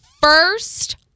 first